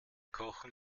kochen